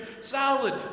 solid